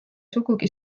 sugugi